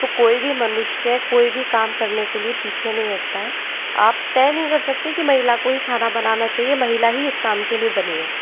तो कोई भी मनुष्य कोई भी काम करने के लिए पीछे नहीं हटता है आप तय नहीं कर सकते कि महिला को ही खाना बनाना चाहिए महिला ही इस काम के लिए बनी है